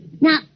Now